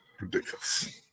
Ridiculous